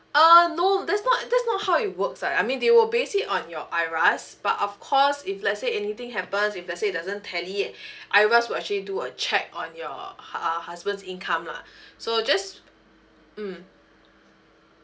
uh no that's not that's not how it works right I mean they will based it on your IRAS but of course if let's say anything happens if let's say doesn't tally it IRAS will actually do a check on your uh h~ husband's income lah so just mm